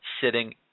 sitting